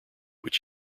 which